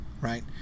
Right